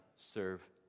serve